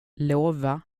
lova